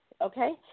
Okay